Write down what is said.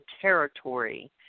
territory